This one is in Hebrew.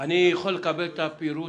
--- אני יכול לקבל את הפירוט,